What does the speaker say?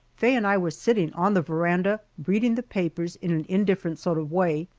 faye and i were sitting on the veranda reading the papers in an indifferent sort of way,